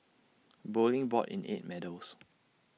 bowling brought in eight medals